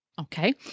Okay